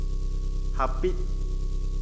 ᱦᱟᱯᱤᱫ